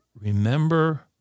remember